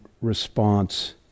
response